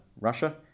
Russia